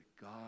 God